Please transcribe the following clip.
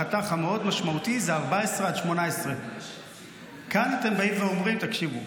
החתך המשמעותי מאוד הוא 14 עד 18. כאן אתם באים ואומרים: תקשיבו,